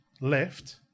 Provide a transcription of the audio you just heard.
left